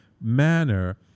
manner